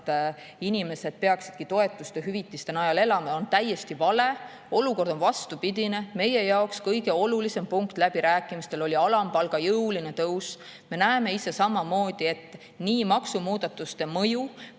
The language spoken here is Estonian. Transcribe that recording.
et inimesed peaksidki toetuste ja hüvitiste najal elama, on täiesti vale. Olukord on vastupidine. Meie jaoks oli kõige olulisem punkt läbirääkimistel alampalga jõuline tõus. Me näeme ise samamoodi, et nii maksumuudatuste mõju